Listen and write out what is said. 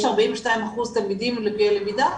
יש 42% תלמידים לקויי למידה?